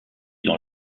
dans